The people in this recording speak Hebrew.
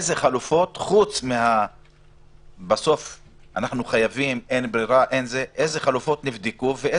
אני רוצה לדעת איזה חלופות נבדקו ואיזה